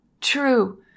true